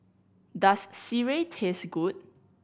does sireh taste good